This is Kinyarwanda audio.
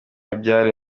byari